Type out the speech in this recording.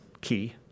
key